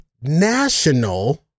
National